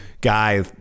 guy